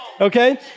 Okay